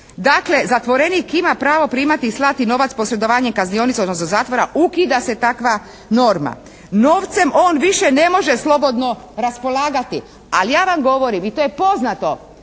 Dakle, zatvorenik ima pravo primati i slati novac posredovanjem kaznionice, odnosno zatvora, ukida se takva norma. Novcem on više ne može slobodno raspolagati, ali ja vam govorim i to je poznato